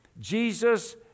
Jesus